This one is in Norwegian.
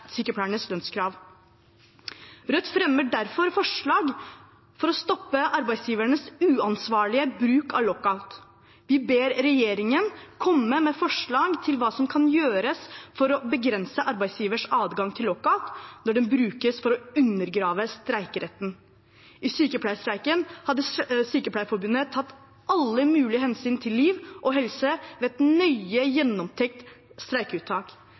sykepleiernes lønnskrav. Rødt fremmer derfor et forslag for å stoppe arbeidsgivernes uansvarlige bruk av lockout. Vi ber regjeringen komme med forslag til hva som kan gjøres for å begrense arbeidsgivers adgang til lockout, når den brukes for å undergrave streikeretten. I sykepleierstreiken hadde Sykepleierforbundet tatt alle mulige hensyn til liv og helse ved et nøye gjennomtenkt streikeuttak.